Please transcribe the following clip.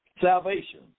salvation